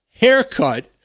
haircut